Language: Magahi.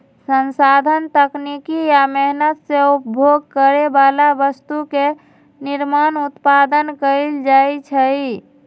संसाधन तकनीकी आ मेहनत से उपभोग करे बला वस्तु के निर्माण उत्पादन कएल जाइ छइ